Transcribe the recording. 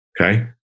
okay